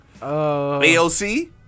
AOC